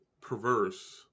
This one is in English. perverse